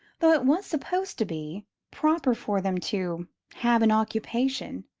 though it was supposed to be proper for them to have an occupation,